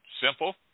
simple